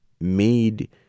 made